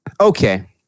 Okay